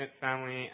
family